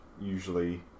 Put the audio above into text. usually